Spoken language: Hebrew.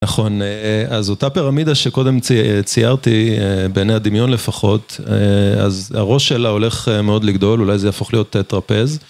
נכון, אז אותה פרמידה שקודם ציירתי, בעיני הדמיון לפחות, אז הראש שלה הולך מאוד לגדול, אולי זה יפוך להיות טרפז.